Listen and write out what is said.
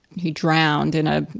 he drowned in a,